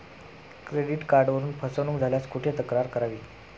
Credit कार्डवरून फसवणूक झाल्यास कुठे तक्रार करावी?